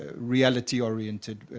ah reality-oriented,